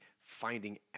finding